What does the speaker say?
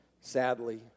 sadly